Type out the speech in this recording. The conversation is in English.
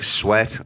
sweat